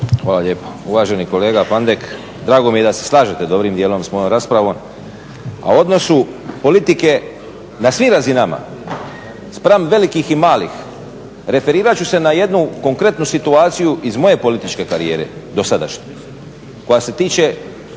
Hvala lijepo. Uvaženi kolega Pandek, drago mi je da se slažete dobrim dijelom s mojom raspravom. A o odnosu politike na svim razinama spram velikih i malih referirat ću se na jednu konkretnu situaciju iz moje političke karijere dosadašnje koja se tiče